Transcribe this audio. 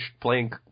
playing